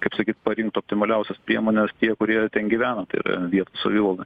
kaip sakyt parinkt optimaliausias priemones tie kurie ten gyvena tai yra vietos savivalda